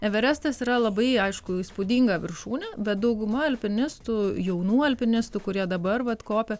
everestas yra labai aišku įspūdinga viršūne bet dauguma alpinistų jaunų alpinistų kurie dabar vat kopia